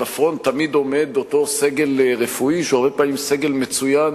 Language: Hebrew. בפרונט תמיד עומד אותו סגל רפואי שהוא הרבה פעמים סגל מצוין,